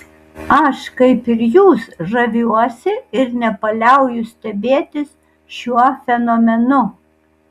aš kaip ir jūs žaviuosi ir nepaliauju stebėtis šiuo fenomenu